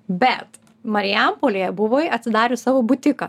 bet marijampolėje buvo atsidarius savo butiką